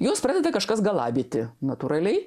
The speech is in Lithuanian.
juos pradeda kažkas galabyti natūraliai